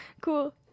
Cool